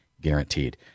guaranteed